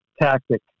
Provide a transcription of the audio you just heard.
tactic